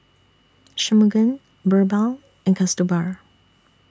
Shunmugam Birbal and Kasturba